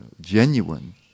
genuine